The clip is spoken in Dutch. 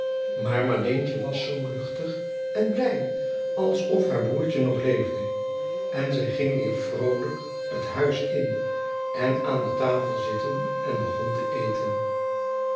maar marleentje was zoo luchtig en blij alsof haar broertje nog leefde en zij ging weer vroolijk het huis in en aan de tafel zitten en begon te eten